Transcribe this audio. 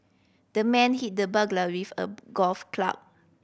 the man hit the burglar with a golf club